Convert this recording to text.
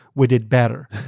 we did better.